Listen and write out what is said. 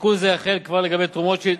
תיקון זה יחול כבר לגבי תרומות,